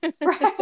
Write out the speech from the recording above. Right